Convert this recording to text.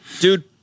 Dude